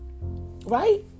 Right